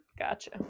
gotcha